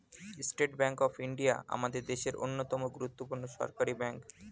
state Bank of India আমাদের দেশের অন্যতম গুরুত্বপূর্ণ সরকারি ব্যাঙ্ক